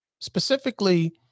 Specifically